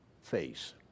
face